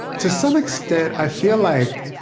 to some extent, i feel like